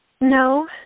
no